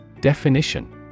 Definition